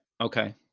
Okay